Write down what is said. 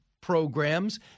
programs